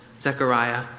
Zechariah